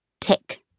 tick